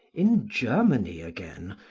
in germany, again,